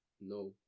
No